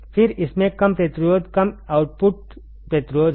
फिर इसमें कम प्रतिरोध कम आउटपुट प्रतिरोध है